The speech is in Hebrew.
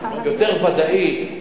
יותר ודאי,